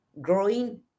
Growing